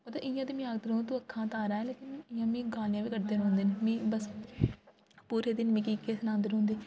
मतलब इ'यै ते मी आखदे रौहङन तू अक्खां दा तारां ऐ लेकिन इ'यां मी गालियां बी कड्ढदे रौंह्नदे न मी बस पूरे दिन मिकी इक्की सनांदे रौंह्नदे न